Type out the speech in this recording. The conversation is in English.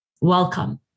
welcome